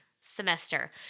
semester